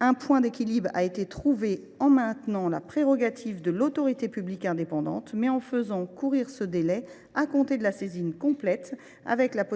Un point d’équilibre a été trouvé en maintenant la prérogative de l’autorité publique indépendante, mais en faisant courir le délai à compter de la saisine complète et en prévoyant